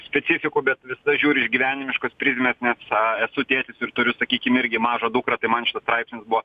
specifikų bet visada žiūriu iš gyvenimiškos prizmės nes esu tėtis ir turiu sakykim irgi mažą dukrą tai man šitas straipsnis buvo